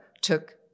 took